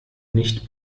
nicht